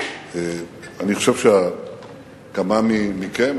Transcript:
אני חושב שכמה מכם,